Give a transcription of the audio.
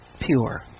pure